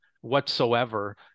whatsoever